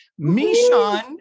Mishan